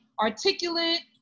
articulate